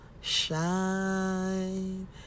shine